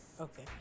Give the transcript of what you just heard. Okay